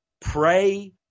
pray